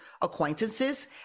acquaintances